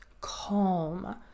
calm